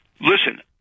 Listen